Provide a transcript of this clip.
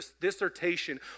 dissertation